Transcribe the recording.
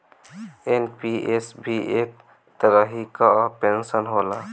NPS भी एक तरही कअ पेंशन होला